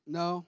no